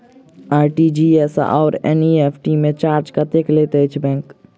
RTGS आओर NEFT मे charge कतेक लैत अछि बैंक?